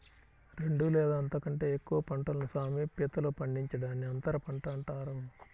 రెండు లేదా అంతకంటే ఎక్కువ పంటలను సామీప్యతలో పండించడాన్ని అంతరపంట అంటారు